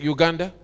Uganda